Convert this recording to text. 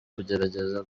kugerageza